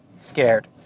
scared